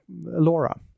Laura